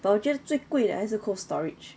but 我觉得最贵的还是 Cold Storage